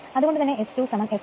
അതുകൊണ്ട് തന്നെ Sf2f